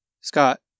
Scott